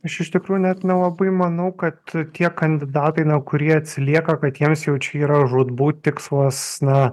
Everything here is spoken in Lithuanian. aš iš tikrųjų net nelabai manau kad tie kandidatai kurie atsilieka kad jiems jau čia yra žūtbūt tikslas na